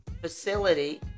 facility